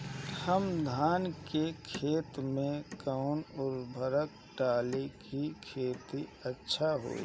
हम धान के खेत में कवन उर्वरक डाली कि खेती अच्छा होई?